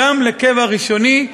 גם לקבע ראשוני.